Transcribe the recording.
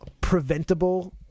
preventable